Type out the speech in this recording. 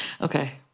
okay